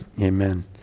amen